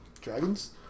dragons